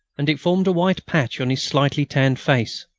and it formed a white patch on his slightly tanned face.